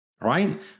right